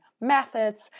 methods